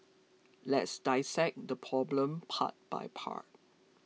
let's dissect this problem part by part